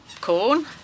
corn